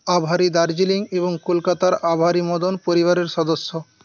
আভারী দার্জিলিং এবং কলকাতার আভারী মদন পরিবারের সদস্য